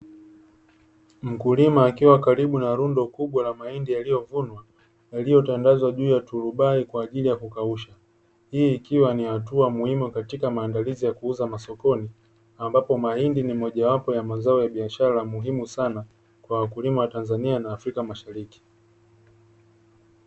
Mkulima akiwa karibu na rundo kubwa la mahindi yaliyovunwa yaliyotandazwa juu ya turubai kwa ajili ya kukausha, hii ikiwa ni hatua muhimu katika maandalizi ya kuuza masokoni ambapo mahindi ni mojawapo ya mazao ya biashara ya muhimu sana kwa wakulima wa Tanzania na Afrika mashariki.